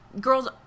girls